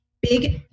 big